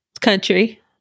country